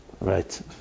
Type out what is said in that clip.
Right